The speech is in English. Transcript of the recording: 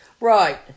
Right